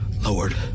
Lord